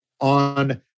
on